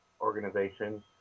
organization